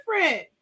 different